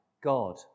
God